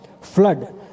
flood